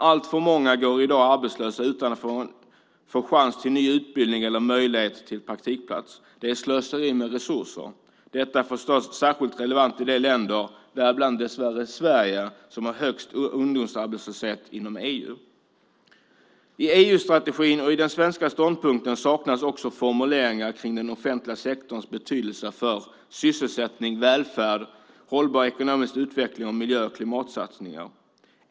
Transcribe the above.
Alltför många går i dag arbetslösa utan att få chans till ny utbildning eller möjlighet till praktikplats. Det är slöseri med resurser. Detta är förstås särskilt relevant i de länder inom EU, däribland dess värre Sverige, som har högst ungdomsarbetslöshet. I EU-strategin och i den svenska ståndpunkten saknas också formuleringar om den offentliga sektorns betydelse för sysselsättning, välfärd, hållbar ekonomisk utveckling och miljö och klimatsatsningar.